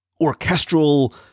orchestral